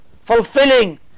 fulfilling